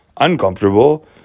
uncomfortable